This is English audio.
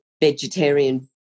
vegetarian